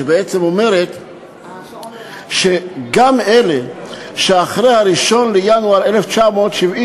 שבעצם אומרת שגם אלה שנותחו אחרי 1 בינואר 1970,